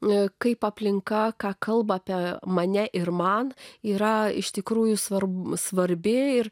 ne kaip aplinka ką kalba apie mane ir man yra iš tikrųjų svarbu svarbi ir